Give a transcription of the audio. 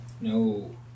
No